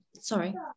sorry